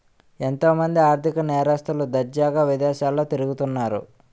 ఎంతో మంది ఆర్ధిక నేరస్తులు దర్జాగా విదేశాల్లో తిరుగుతన్నారు